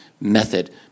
method